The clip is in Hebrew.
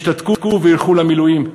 ישתתקו וילכו למילואים,